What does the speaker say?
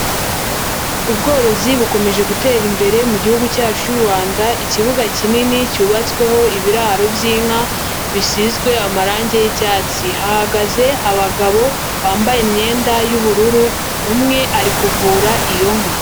Ubworozi bukomeje gutera imbere mu mugi cyacu cy'u Rwanda, ikibuga kinini cyubatsweho ibiraro by'inka bisizwe amarangi y'icyatsi, hahagaze abagabo bambaye imyenda y'ubururu umwe ari kuvura iyo nka.